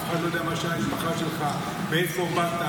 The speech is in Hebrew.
אף אחד לא יודע מה שם המשפחה שלך, מאיפה באת.